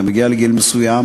אתה מגיע לגיל מסוים